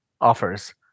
offers